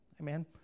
Amen